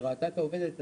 היא ראתה את העובדת והכל.